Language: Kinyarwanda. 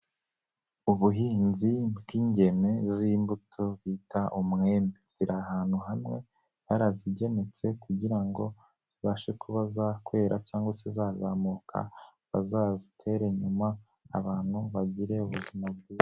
Ubuhinzi bw'ingemwe z'imbuto bita umwembe, ziri ahantu hamwe barazigenetse kugira ngo zibashe kuba za kwera cyangwa se zazamuka, bazazitere nyuma abantu bagire ubuzima bwiza.